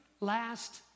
last